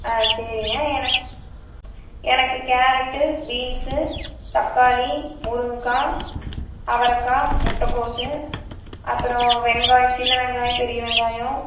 ஆ சரிங்க எனக்கு எனக்கு கேரட்டு பீன்சு தக்காளி முருங்கைக்கா அவரைக்கா முட்டகோஸ் அப்பறம் வெங்காயம் சின்ன வெங்காயம் பெரிய வெங்காயம்